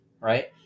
right